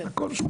הכול.